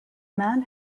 man